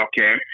okay